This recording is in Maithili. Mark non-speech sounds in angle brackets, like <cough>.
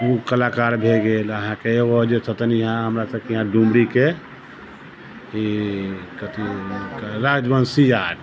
ओ कलाकार भऽ गेल आहाँके ओ जे <unintelligible> हमरा सबके यहाँ डूमरी के ई कथी राजवंशी जाट